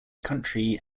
country